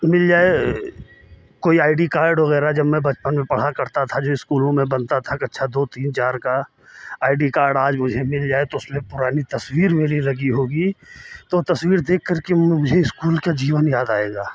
मिल जाए कोई I D card वगैरह जब मैं बचपन में पढ़ा करता था जो इस्कूलों में बनता था कक्षा दो तीन चार का आई डी कार्ड आज मुझे मिल जाए तो उसमें पुरानी तस्वीर मेरी लगी होगी तो तस्वीर देखकर के वो मुझे इस्कूल का जीवन याद आएगा